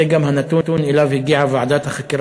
זה גם הנתון שאליו הגיעה ועדת החקירה